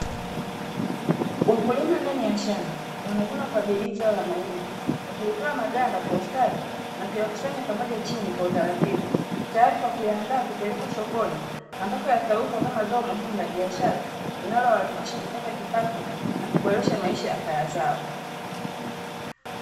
Wakulima ndani ya shamba wanavuna kwa bidii zao la mahindi wakilitoa maganda kwa ustadi na kuyakusanya pamoja chini kwa utaratibu, tayari kwa kuyaandaa kupelekwa sokoni ambako yatauzwa kama zao muhimu la biashara linalowawezesha kupata kipato na kuboresha maisha ya kaya zao.